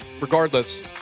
Regardless